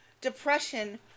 depression